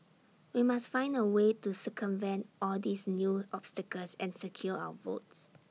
we must find A way to circumvent all these new obstacles and secure our votes